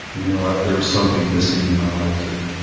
you know, there was something missing in my life, and,